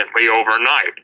overnight